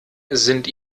sind